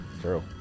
True